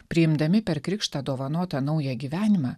priimdami per krikštą dovanotą naują gyvenimą